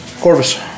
Corvus